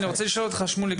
שמוליק,